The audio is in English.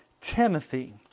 Timothy